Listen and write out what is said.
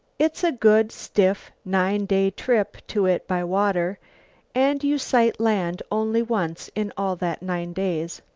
it's a good stiff nine-day trip to it by water and you sight land only once in all that nine days.